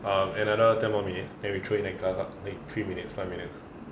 um another ten more minutes then we throw in and cut lah then it three minutes five minutes uh